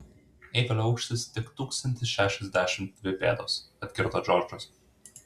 eifelio aukštis tik tūkstantis šešiasdešimt dvi pėdos atkirto džordžas